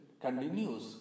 continues